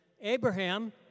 Abraham